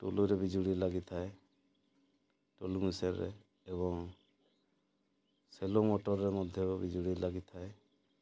ଟୁଲୁରେ ବିଜୁଳି ଲାଗିଥାଏ ଟୁଲୁ ମେସିନ୍ରେ ଏବଂ ସେଲୁ ମଟର୍ରେ ମଧ୍ୟ ବିଜୁଳି ଲାଗିଥାଏ